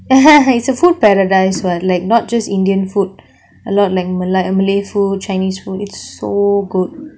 it's a food paradise what like not just indian food a lot like malay a malay food chinese food it's so good